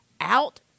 out